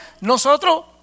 Nosotros